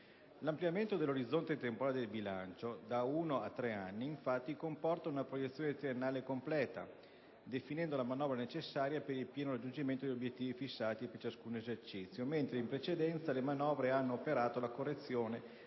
L'ampliamento dell'orizzonte temporale del bilancio da uno a tre anni, infatti, comporta una proiezione triennale completa, definendo la manovra necessaria per il pieno raggiungimento degli obiettivi fissati per ciascun esercizio; in precedenza, le manovre hanno operato la correzione